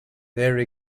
there